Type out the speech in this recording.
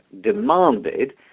demanded